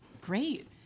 Great